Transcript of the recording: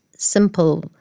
Simple